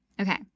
Okay